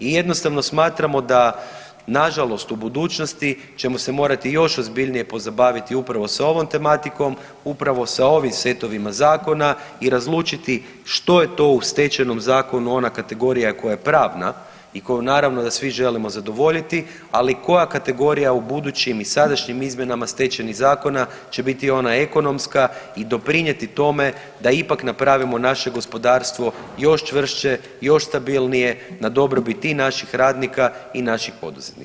I jednostavno smatramo da nažalost u budućnosti ćemo se morati još ozbiljnije pozabaviti upravo s ovom tematikom, upravo sa ovim setovima zakona i razlučiti što je to u Stečajnom zakonu ona kategorija koja je pravna i koju naravno da svi želimo zadovoljiti, ali i koja kategorija u budućim i sadašnjim izmjenama stečajnih zakona će biti ona ekonomska i doprinijeti tome da ipak napravimo naše gospodarstvo još čvršće, još stabilnije na dobrobit i naših radnika i naših poduzetnika.